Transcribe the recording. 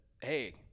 hey